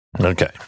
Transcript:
Okay